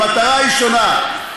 המטרה היא שונה,